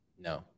No